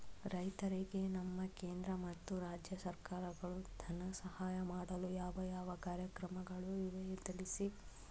ರೈತರಿಗೆ ನಮ್ಮ ಕೇಂದ್ರ ಮತ್ತು ರಾಜ್ಯ ಸರ್ಕಾರಗಳು ಧನ ಸಹಾಯ ಮಾಡಲು ಯಾವ ಯಾವ ಕಾರ್ಯಕ್ರಮಗಳು ಇವೆ ತಿಳಿಸಿ?